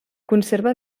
conserva